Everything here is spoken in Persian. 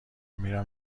میرم